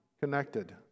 connected